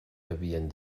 havien